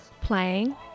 playing